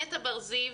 נטע בר זיו,